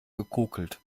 gekokelt